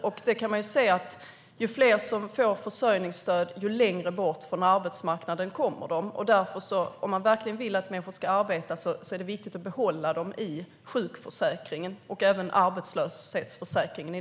Man kan se att ju fler som får försörjningsstöd, desto längre bort från arbetsmarknaden kommer de. Om man verkligen vill att människor ska arbeta är det viktigt att behålla dem i sjukförsäkringen och även i arbetslöshetsförsäkringen.